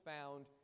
found